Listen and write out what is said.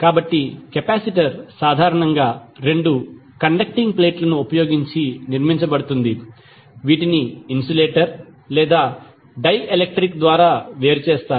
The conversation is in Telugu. కాబట్టి కెపాసిటర్ సాధారణంగా రెండు కండక్టింగ్ ప్లేట్లను ఉపయోగించి నిర్మించబడుతుంది వీటిని ఇన్సులేటర్ లేదా డై ఎలెక్ట్రిక్ ద్వారా వేరు చేస్తారు